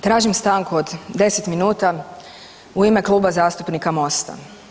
Tražim stanku od 10 minuta u ime Kluba zastupnika Mosta.